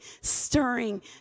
stirring